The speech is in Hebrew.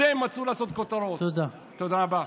תודה רבה.